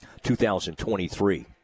2023